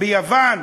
ביוון,